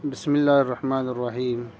بسم اللہ الرحمان الرحیم